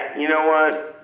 you know what,